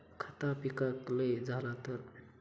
खता पिकाक लय झाला तर?